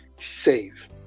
save